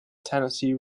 tennessee